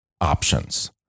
options